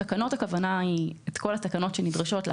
הכוונה היא להתקין את כל התקנות שנדרשות.